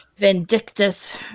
Vindictus